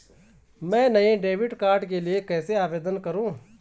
मैं नए debit card के लिए कैसे आवेदन करूं?